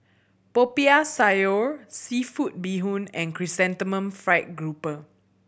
Popiah Sayur seafood bee hoon and Chrysanthemum Fried Grouper